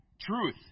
Truth